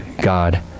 God